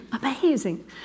Amazing